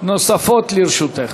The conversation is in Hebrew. נוספות לרשותך.